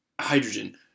hydrogen